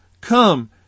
Come